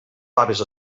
faves